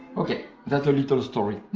okay that's a little story.